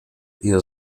ihr